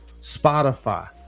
Spotify